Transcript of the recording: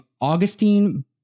Augustine